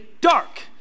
dark